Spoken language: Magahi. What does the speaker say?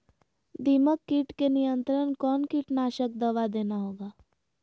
दीमक किट के नियंत्रण कौन कीटनाशक दवा देना होगा?